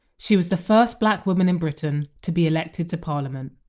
she was the first black woman in britain to be elected to parliament.